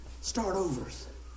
start-overs